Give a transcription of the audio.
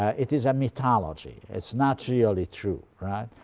it is a mythology. it's not really true. right?